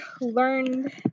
learned